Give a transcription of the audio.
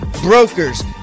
brokers